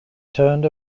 turned